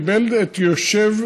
קיבל להיות היושב-ראש,